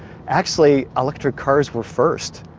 actually electric cars were first.